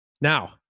Now